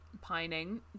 pining